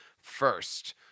first